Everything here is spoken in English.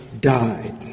died